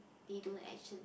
they don't actually